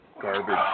garbage